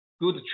good